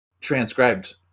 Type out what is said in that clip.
transcribed